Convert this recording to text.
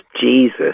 Jesus